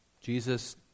Jesus